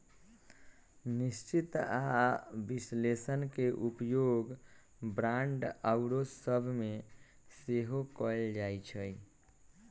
निश्चित आऽ विश्लेषण के उपयोग बांड आउरो सभ में सेहो कएल जाइ छइ